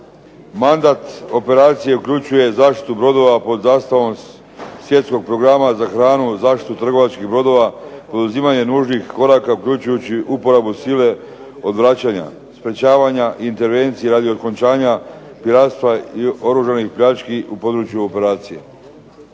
Mandat operacije uključuje zaštitu brodova pod zastavom svjetskog programa za hranu, zaštitu trgovačkih brodova, poduzimanje nužnih koraka uključujući uporabu sile odvraćanja, sprječavanja i intervencije radi okončanja piratstva i oružanih pljački u području operacije.